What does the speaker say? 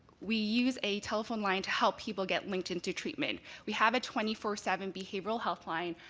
we use a telephone line to help people get linked in to treatment. we have a twenty four seven behavioral health line,